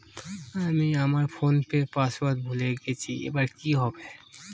আমি আমার ফোনপের পাসওয়ার্ড ভুলে গেছি এবার কি হবে?